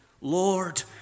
Lord